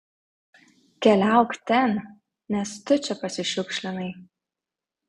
keliauk ten nes tu čia pasišiukšlinai